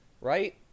right